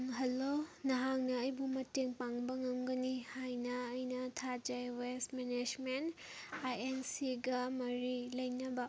hello ꯅꯍꯥꯛꯅ ꯑꯩꯕꯨ ꯃꯇꯦꯡ ꯄꯥꯡꯕ ꯉꯝꯒꯅꯤ ꯍꯥꯏꯅ ꯑꯩꯅ ꯊꯥꯖꯩ ꯋꯦꯁ ꯃꯦꯅꯦꯁꯃꯦꯟ ꯑꯥꯏ ꯑꯦꯟ ꯁꯤꯒ ꯃꯔꯤ ꯂꯩꯅꯕ